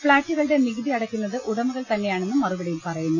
ഫ്ളാറ്റുകളുടെ നികുതി അടയ്ക്കുന്നത് ഉടമകൾ തന്നെയാണെന്നും മറുപടിയിൽ പറയുന്നു